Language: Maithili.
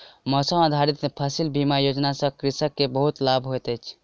मौसम आधारित फसिल बीमा योजना सॅ कृषक के बहुत लाभ होइत अछि